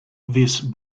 these